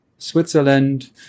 Switzerland